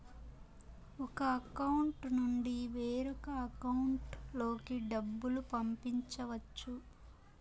ఒక అకౌంట్ నుండి వేరొక అకౌంట్ లోకి డబ్బులు పంపించవచ్చు